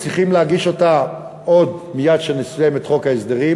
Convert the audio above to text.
צריכים להגיש אותה מייד כשנסיים את חוק ההסדרים,